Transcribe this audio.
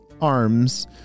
arms